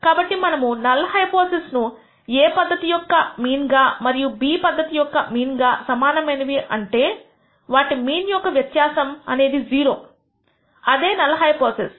కాబట్టి మనము null hypothesis ను A పద్ధతి యొక్క మీన్ గా మరియు B పద్ధతి యొక్క మీన్ సమానమైనవి అంటే వాటి మీన్ యొక్క వ్యత్యాసం అనేది 0 ఇదే నల్ హైపోథిసిస్